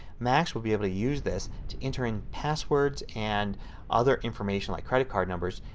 macs will be able to use this to enter in passwords and other information, like credit card numbers,